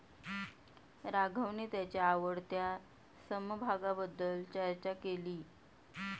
राघवने त्याच्या आवडत्या समभागाबद्दल चर्चा केली